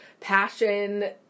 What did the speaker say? passion